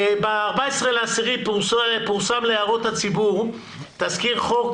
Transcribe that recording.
ב-14 באוקטובר פורסם להערות הציבור תזכיר חוק